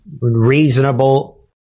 reasonable